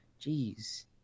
Jeez